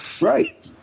right